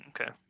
okay